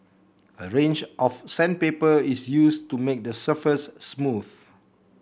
a range of sandpaper is used to make the surface smooth